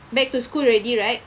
back to school already right